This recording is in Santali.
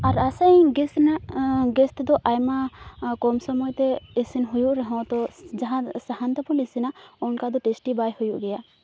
ᱟᱨ ᱟᱥᱟᱭᱟᱹᱧ ᱜᱮᱥ ᱨᱮᱱᱟᱜ ᱜᱮᱥ ᱛᱮᱫᱚ ᱟᱭᱢᱟ ᱠᱚᱢ ᱥᱚᱢᱚᱭᱛᱮ ᱤᱥᱤᱱ ᱦᱩᱭᱩᱜ ᱨᱮᱦᱚᱸ ᱛᱚ ᱡᱟᱦᱟᱸ ᱥᱟᱦᱟᱱ ᱛᱮᱵᱚᱱ ᱤᱥᱤᱱᱟ ᱚᱱᱠᱟᱫᱚ ᱴᱮᱥᱴᱤ ᱵᱟᱭ ᱦᱩᱭᱩᱜ ᱜᱮᱭᱟ